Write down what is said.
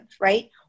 right